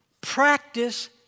Practice